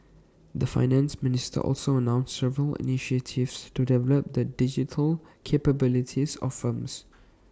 the Finance Minister also announced several initiatives to develop the digital capabilities of firms